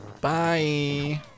Bye